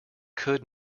could